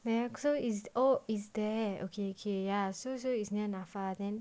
there so it's there okay okay ya so so it's near NAFA then